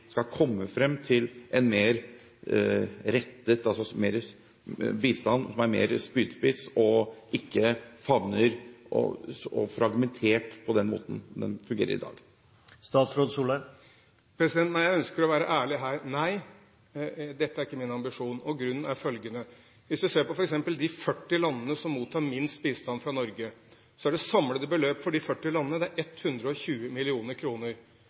skal komme frem til en bistand som er rettet mer som en spydspiss, og ikke så fragmentert som i dag? Jeg ønsker å være ærlig her. Nei, dette er ikke min ambisjon. Grunnen er følgende: Hvis man ser f.eks. på de 40 landene som mottar minst bistand fra Norge, er det samlede beløp for de 40 landene 120 mill. kr. Dette er typisk små norske misjonsorganisasjoner som driver i et land der vi ellers ikke driver med noe annet. Det er